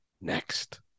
next